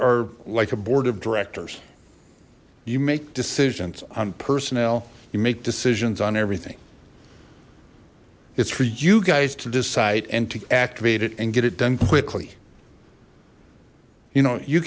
are like a board of directors you make decisions on personnel you make decisions on everything it's for you guys to decide and to activate it and get it done quickly you know you